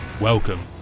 Welcome